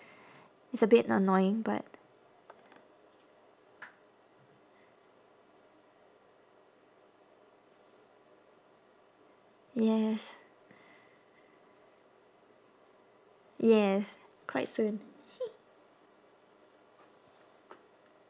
it's a bit annoying but yes yes quite soon